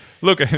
Look